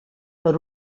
per